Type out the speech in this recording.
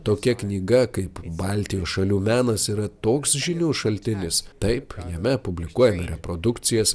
tokia knyga kaip baltijos šalių menas yra toks žinių šaltinis taip jame publikuojame reprodukcijas